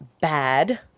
bad